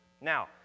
Now